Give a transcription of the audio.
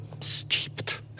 steeped